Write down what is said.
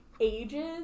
ages